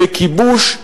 בכיבוש,